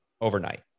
overnight